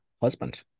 husband